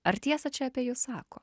ar tiesą čia apie jus sako